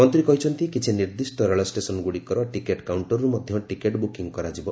ମନ୍ତ୍ରୀ କହିଛନ୍ତି କିଛି ନିର୍ଦ୍ଦିଷ୍ଟ ରେଳ ଷ୍ଟେସନ୍ଗୁଡ଼ିକର ଟିକେଟ୍ କାଉଷ୍ଟରରୁ ମଧ୍ୟ ଟିକେଟ୍ ବୁକିଂ କରାଯିବ